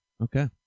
Okay